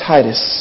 Titus